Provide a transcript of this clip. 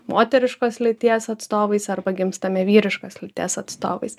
moteriškos lyties atstovais arba gimstame vyriškos lyties atstovais